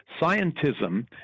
scientism